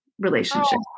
relationship